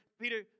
Peter